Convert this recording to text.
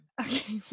Okay